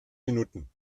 minuten